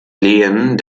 lehen